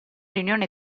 riunione